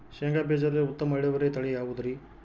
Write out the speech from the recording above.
ಶೇಂಗಾ ಬೇಜದಲ್ಲಿ ಉತ್ತಮ ಇಳುವರಿಯ ತಳಿ ಯಾವುದುರಿ?